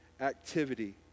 activity